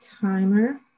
timer